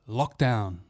lockdown